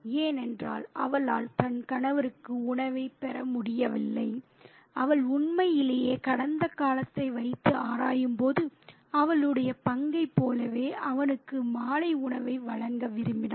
ஏனென்றால் அவளால் தன் கணவருக்கு உணவைப் பெற முடியவில்லை அவள் உண்மையிலேயே கடந்த காலத்தை வைத்து ஆராயும்போது அவளுடைய பங்கைப் போலவே அவனுக்கு மாலை உணவை வழங்க விரும்பினாள்